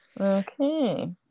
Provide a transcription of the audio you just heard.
Okay